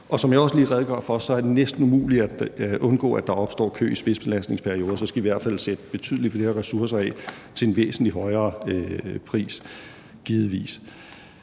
Som jeg også lige redegjorde for, er det næsten umuligt at undgå, at der opstår kø i spidsbelastningsperioder. Så skal vi i hvert fald sætte betydelig flere ressourcer af, hvilket givetvis